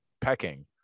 pecking